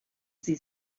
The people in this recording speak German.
sie